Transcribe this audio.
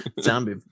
Zombie